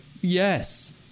yes